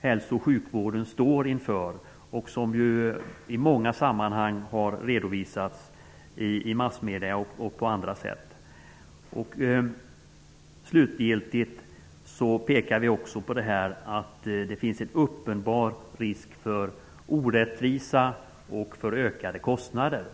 hälso och sjukvården ändå står inför och som i många sammanhang har redovisats i bl.a. massmedier. Slutligen pekar vi också på att det finns en uppenbar risk för orättvisa och för ökade kostnader.